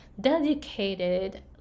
dedicated